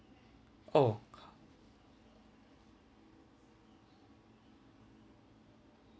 oh